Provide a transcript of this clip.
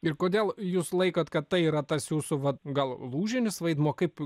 ir kodėl jūs laikot kad tai yra tas jūsų vat gal lūžinis vaidmuo kaip